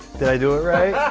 did i do it, right?